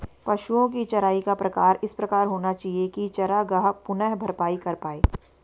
पशुओ की चराई का प्रकार इस प्रकार होना चाहिए की चरागाह पुनः भरपाई कर पाए